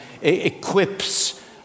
equips